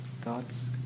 thoughts